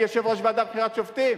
אני יושב-ראש הוועדה לבחירת שופטים?